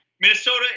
Minnesota